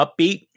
upbeat